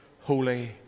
holy